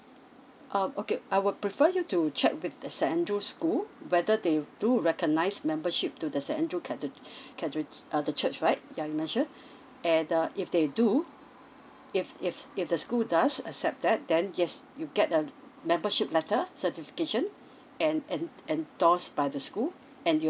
uh okay I would prefer you to check with the saint andrew school whether they do recognise membership to the saint andrew cathe~ cathed~ uh the church right ya you mentioned and uh if they do if if s~ if the school does accept that then yes you get a membership letter certification and and endorsed by the school and you'll